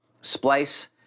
splice